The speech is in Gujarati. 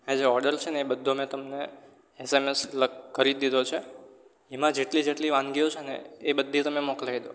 હા જે ઓડર છે ને એ બધો મેં તમને એસએમએસ કરી જ દીધો છે એમાં જેટલી જેટલી વાનગીઓ છે ને એ બધી તમે મોકલાવી દો